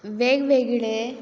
वेगवेगळे